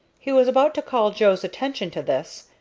he was about to call joe's attention to this,